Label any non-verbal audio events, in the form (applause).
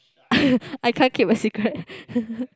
(breath) I can't keep a secret (laughs)